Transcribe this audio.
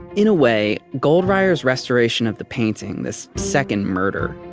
in a way, goldreyer's restoration of the painting, this second murder,